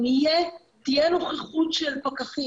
אם תהיה נוכחות של פקחים,